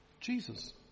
Jesus